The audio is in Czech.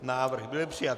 Návrh byl přijat.